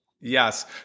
Yes